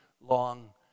long